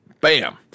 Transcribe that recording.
bam